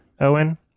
Owen